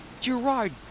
Gerard